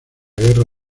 guerra